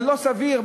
הלא-סביר,